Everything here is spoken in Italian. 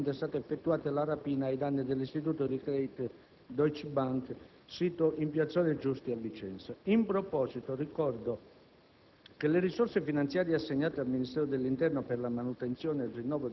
presentava criticità alla data del 10 novembre 2006, quando è stata effettuata la rapina ai danni dell'istituto di credito Deutsche Bank, sito in Piazzale Giusti a Vicenza.